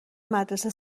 مدرسه